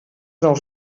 nous